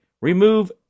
remove